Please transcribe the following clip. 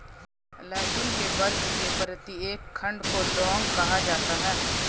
लहसुन के बल्ब के प्रत्येक खंड को लौंग कहा जाता है